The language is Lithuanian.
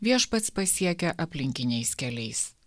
viešpats pasiekia aplinkiniais keliais